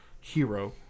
hero